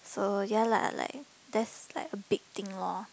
so ya lah like that's like a big thing lor